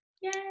Yay